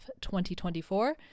2024